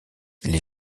les